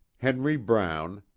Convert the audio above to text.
henry brown,